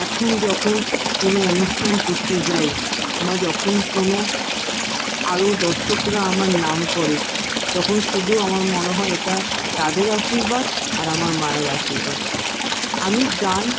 এখন যখন কোনও অনুষ্ঠান করতে যাই বা যখন কোনও আরও দর্শকরা আমার নাম করে তখন শুধু আমার মনে হয় এটা তাদের আশীর্বাদ আর আমার মায়ের আশীর্বাদ আমি গান